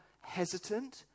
hesitant